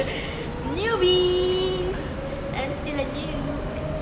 newbie I am still a new